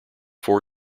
four